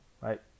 right